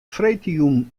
freedtejûn